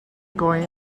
going